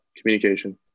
communication